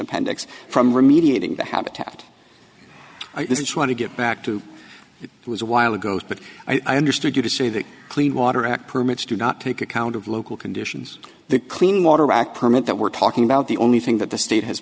appendix from remediating the habitat i just want to get back to it was a while ago but i understood you to say that clean water act permits do not take account of local conditions the clean water act permit that we're talking about the only thing that the state has